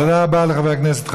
תודה רבה לחבר הכנסת חזן.